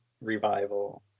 revival